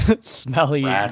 smelly